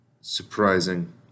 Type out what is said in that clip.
surprising